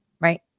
right